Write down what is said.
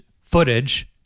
footage